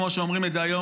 כמו שאומרים את זה היום,